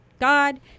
God